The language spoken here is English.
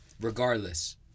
Regardless